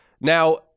now